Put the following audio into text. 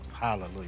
Hallelujah